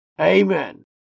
Amen